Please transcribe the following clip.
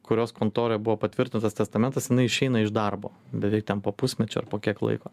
kurios kontoroj buvo patvirtintas testamentas jinai išeina iš darbo beveik ten po pusmečio ar po kiek laiko